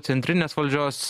centrinės valdžios